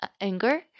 anger